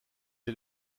est